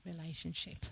relationship